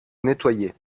nettoyer